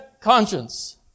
conscience